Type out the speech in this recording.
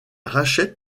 rachète